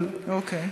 אבל, אוקיי.